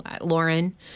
lauren